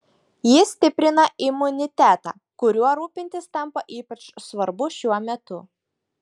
ji stiprina imunitetą kuriuo rūpintis tampa ypač svarbu šiuo metu